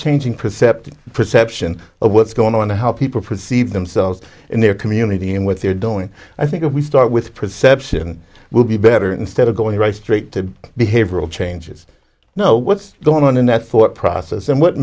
changing perceptive perception of what's going on how people perceive themselves in their community and what they're doing i think if we start with perception will be better instead of going right straight to behavioral changes know what's going on in their thought process and what